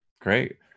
great